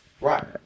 Right